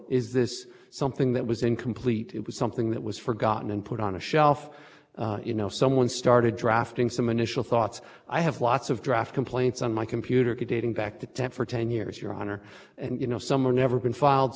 this something that was incomplete it was something that was forgotten and put on a shelf you know someone started drafting some initial thoughts i have lots of draft complaints on my computer dating back to ten for ten years your honor and you know some are never been filed s